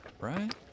right